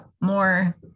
more